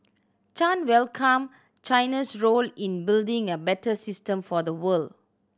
Chan welcomed China's role in building a better system for the world